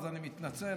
אני מתנצל,